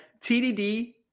TDD